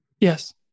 Yes